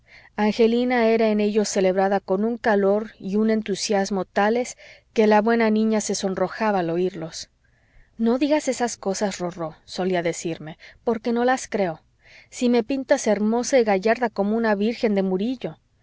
angelina era en ellos celebrada con un calor y un entusiasmo tales que la buena niña se sonrojaba al oírlos no digas esas cosas rorró solía decirme porque no las creo si me pintas hermosa y gallarda como una virgen de murillo